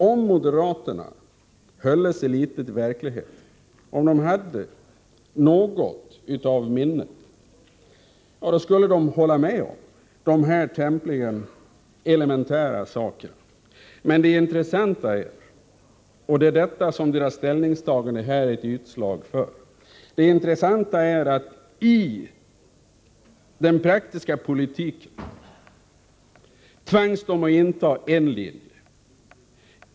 Om moderaterna höll sig litet mer till verkligheten, om de hade något minne, skulle de hålla med om dessa tämligen elementära saker. Men det intressanta är — det är detta som deras ställningstagande är ett utslag av — att i den praktiska politiken tvingas de att följa en viss linje.